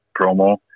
promo